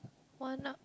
why not